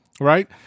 right